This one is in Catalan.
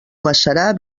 macerar